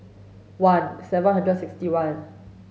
one seven hundred sixty one